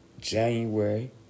January